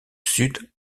sud